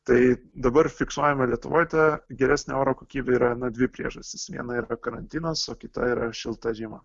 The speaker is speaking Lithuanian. tai dabar fiksuojama lietuvoj ta geresnė oro kokybė yra na dvi priežastys viena yra karantinas o kita yra šilta žiema